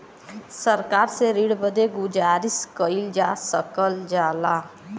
सरकार से ऋण बदे गुजारिस कइल जा सकल जाला